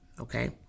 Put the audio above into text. Okay